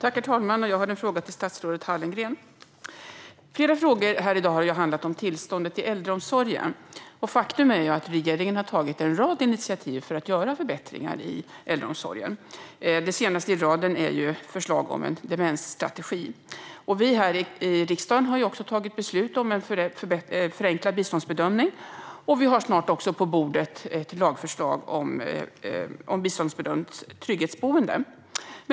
Herr talman! Jag har en fråga till statsrådet Hallengren. Flera frågor här i dag har handlat om tillståndet i äldreomsorgen. Faktum är att regeringen har tagit en rad initiativ för att göra förbättringar i äldreomsorgen. Det senaste i raden är förslag om en demensstrategi. Vi här i riksdagen har också tagit beslut om en förenklad biståndsbedömning, och på bordet har vi snart ett lagförslag om biståndsbedömt trygghetsboende.